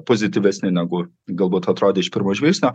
pozityvesni negu galbūt atrodė iš pirmo žvilgsnio